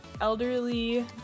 elderly